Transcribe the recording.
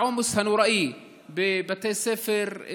העומס הנוראי בבתי ספר,